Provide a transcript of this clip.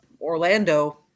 orlando